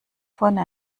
vorne